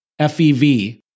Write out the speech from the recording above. FEV